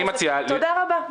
תודה רבה.